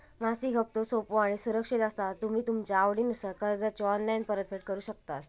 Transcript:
मासिक हप्तो सोपो आणि सुरक्षित असा तुम्ही तुमच्या आवडीनुसार कर्जाची ऑनलाईन परतफेड करु शकतास